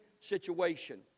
situation